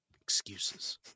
Excuses